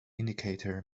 indicator